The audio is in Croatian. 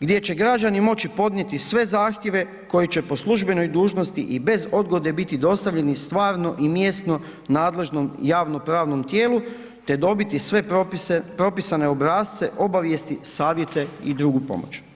gdje će građani moći podnijeti sve zahtjeve koji će po službenoj dužnosti i bez odgode biti dostavljeni stvarno i mjesno nadležnom javno pravnom tijelu te dobiti sve propisane obrasce, obavijesti, savjete i drugu pomoć.